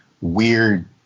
weird